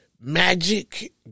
magic